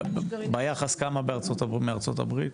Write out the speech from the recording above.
ביחס, כמה מארצות הברית?